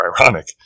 ironic